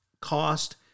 cost